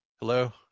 Hello